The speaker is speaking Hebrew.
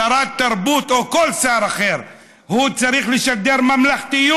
שרת תרבות או כל שר אחר צריך לשדר ממלכתיות.